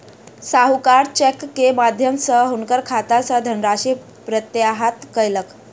साहूकार चेक के माध्यम सॅ हुनकर खाता सॅ धनराशि प्रत्याहृत कयलक